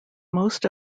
most